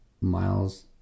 miles